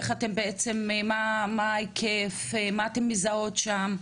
איך אתם בעצם, מה ההיקף, מה אתם מזהות שם.